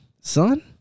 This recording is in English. son